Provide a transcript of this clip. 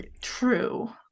true